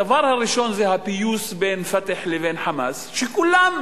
הדבר הראשון הוא הפיוס בין "פתח" לבין "חמאס" שכולם,